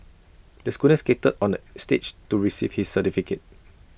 the student skated on the stage to receive his certificate